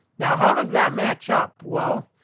now, how does that match up? well,